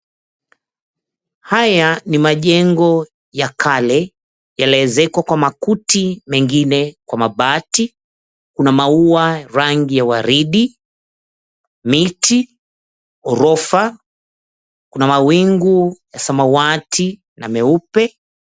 Haya ni majengo ya kale, yalioezekwa kwa makuti, mengine kwa mabati. Kuna maua rangi ya waridi, miti, ghorofa, kuna mawingu ya samawati na nyeupe.